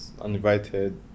uninvited